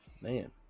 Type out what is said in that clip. Man